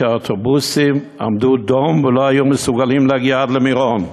כי האוטובוסים עמדו דום ולא היו מסוגלים להגיע עד למירון.